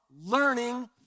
learning